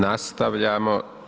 Nastavljamo.